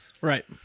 Right